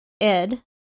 Ed